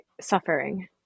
suffering